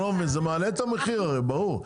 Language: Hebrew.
אני לא מבין, זה מעלה את המחיר, ברור.